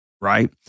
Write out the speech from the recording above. Right